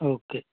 okay